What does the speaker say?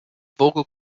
vocal